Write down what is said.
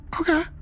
Okay